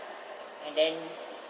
and then